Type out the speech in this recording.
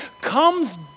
comes